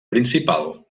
principal